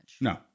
No